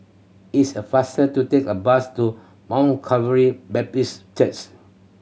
it's a faster to take a bus to Mount Calvary Baptist Church